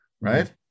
right